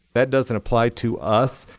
that doesn't apply to us.